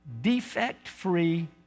defect-free